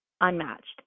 unmatched